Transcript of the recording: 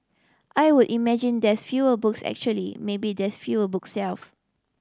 I would imagine there's fewer books actually maybe there's fewer book shelves